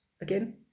again